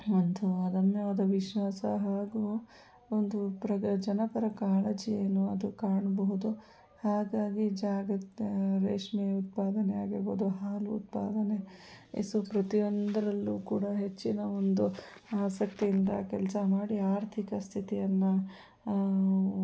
ಒಂದು ಧನ್ಯವಾದ ವಿಶ್ವಾಸ ಹಾಗೂ ಒಂದು ಜನ ಪರ ಕಾಳಜಿ ಏನು ಅದು ಕಾಣಬಹುದು ಹಾಗಾಗಿ ಜಾಗದ ರೇಷ್ಮೆಯ ಉತ್ಪಾದನೆ ಆಗಿರ್ಬೋದು ಹಾಲು ಉತ್ಪಾದನೆ ಸು ಪ್ರತಿಯೊಂದರಲ್ಲೂ ಕೂಡ ಹೆಚ್ಚಿನ ಒಂದು ಆಸಕ್ತಿಯಿಂದ ಕೆಲಸ ಮಾಡಿ ಆರ್ಥಿಕ ಸ್ಥಿತಿಯನ್ನು